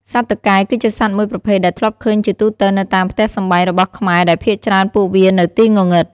សត្វតុកែគឺជាសត្វមួយប្រភេទដែលធ្លាប់ឃើញជាទូទៅនៅតាមផ្ទះសម្បែងរបស់ខ្មែរដែលភាគច្រើនពួកវានៅទីងងឹត។